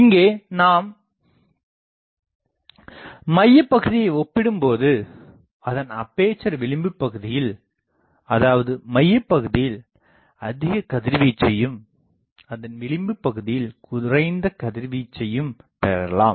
இங்கே நாம் மையபகுதியை ஒப்பிடும்போது அதன் அப்பேசர் விளிம்புப்பகுதியில் அதாவது மையபகுதியில் அதிகக் கதிர்வீச்சையும் அதன் விளிம்புப்பகுதியில் குறைந்த கதிர் வீச்சையும் பெறலாம்